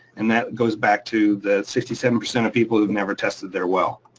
and that goes back to the sixty seven percent of people who've never tested their well.